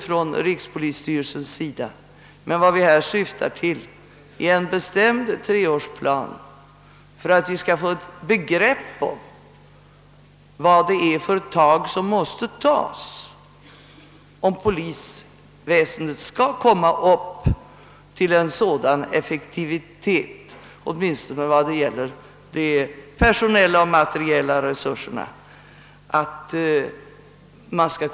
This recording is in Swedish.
Men vad reservanterna nu syftar till är en bestämd treårsplan för att vi skall få ett begrepp om vilka åtgärder som måste vidtagas för att polisväsendet skall uppnå en nöjaktig effektivitet, åtminstone vad det gäller de personella och materiella resurserna. Herr talman!